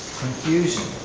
confusion.